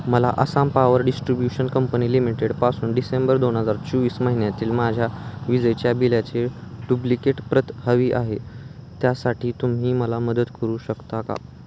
मला Assam power distribution company लिमिटेडपासून December दोन हजार चोवीस महिन्यातील माझ्या विजेच्या बिलाचे डुब्लिकेट प्रत हवी आहे त्यासाठी तुम्ही मला मदत करू शकता का